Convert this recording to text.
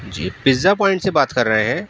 جی pizza point سے بات کر رہے ہیں